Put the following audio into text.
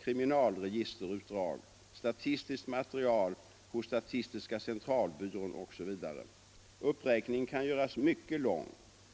kriminalregisterutdrag och statistiskt material hos statistiska centralbyrån. Uppräkningen kan göras mycket lång.